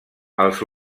els